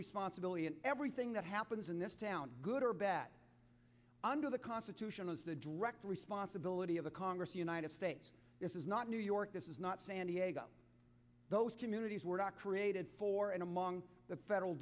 responsibility and everything that happens in this town good or bad under the constitution is the direct responsibility of the congress united states this is not new york this is not san diego those communities were not created for and among the federal